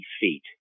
feet